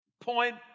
Point